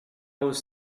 was